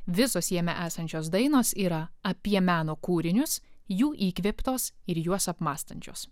visos jame esančios dainos yra apie meno kūrinius jų įkvėptos ir juos apmąstančios